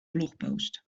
blogpost